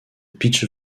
pitch